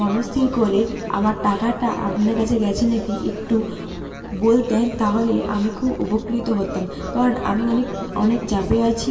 মনস্থির করে আমার টাকাটা আপনার কাছে গেছে নাকি একটু বলতেন তাহলে আমি খুব উপকৃত হতাম কারণ আমি অনেক অনেক চাপে আছি